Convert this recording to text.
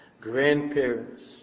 grandparents